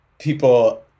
people